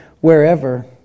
wherever